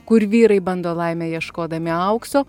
kur vyrai bando laimę ieškodami aukso